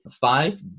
five